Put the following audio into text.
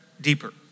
deeper